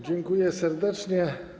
Dziękuję serdecznie.